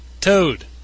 Toad